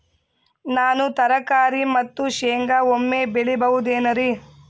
ನಾನು ತರಕಾರಿ ಮತ್ತು ಶೇಂಗಾ ಒಮ್ಮೆ ಬೆಳಿ ಬಹುದೆನರಿ?